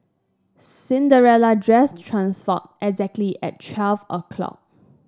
Cinderella dress transformed exactly at twelve o'clock